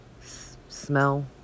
smell